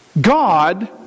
God